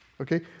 Okay